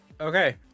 Okay